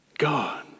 God